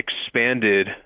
expanded